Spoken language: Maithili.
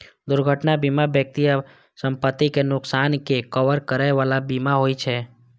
दुर्घटना बीमा व्यक्ति आ संपत्तिक नुकसानक के कवर करै बला बीमा होइ छे